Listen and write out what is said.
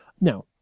Now